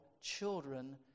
children